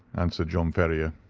answered john ferrier.